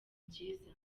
byiza